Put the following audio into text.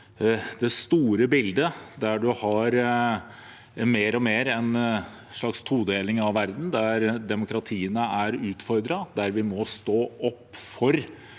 det store bildet der man mer og mer har en slags todeling av verden, der demokratiene er utfordret, og der vi må stille opp for